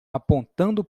apontando